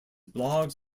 blogs